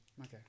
okay